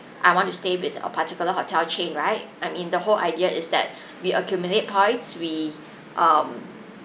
I want to stay with a particular hotel chain right I mean the whole idea is that we accumulate points we um